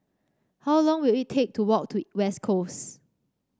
how long will it take to walk to West Coast